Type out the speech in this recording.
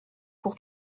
pour